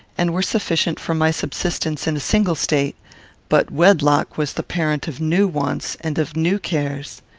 and were sufficient for my subsistence in a single state but wedlock was the parent of new wants and of new cares.